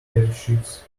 handkerchiefs